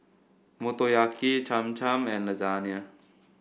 Motoyaki Cham Cham and Lasagne